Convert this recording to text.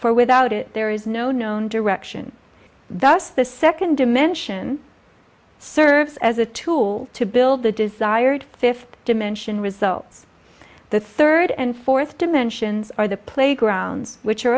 for without it there is no known direction thus the second dimension serves as a tool to build the desired fifth dimension results the third and fourth dimensions are the playgrounds which are